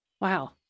wow